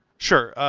sure.